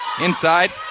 Inside